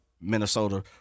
Minnesota